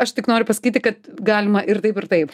aš tik noriu pasakyti kad galima ir taip ir taip